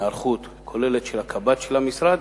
היערכות כוללת של הקב"ט של המשרד.